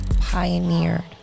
pioneered